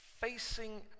facing